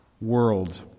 world